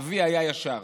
אבי היה ישר.